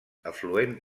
afluent